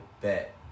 bet